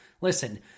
Listen